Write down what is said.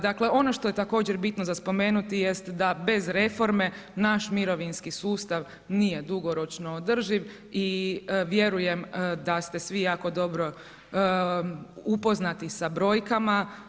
Dakle ono što je također bitno za spomenuti jest da bez reforme naš mirovinski sustav nije dugoročno održiv i vjerujem da ste svi jako dobro upoznati sa brojkama.